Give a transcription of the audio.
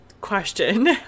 question